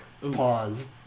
Pause